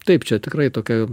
taip čia tikrai tokia